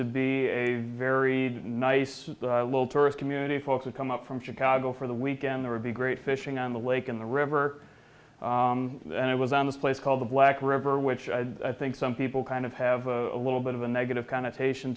to be a very nice little tourist community folks would come up from chicago for the weekend there would be great fishing on the lake in the river and it was on the place called the black river which i think some people kind of have a little bit of a negative connotation